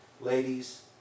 Ladies